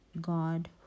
God